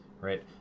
right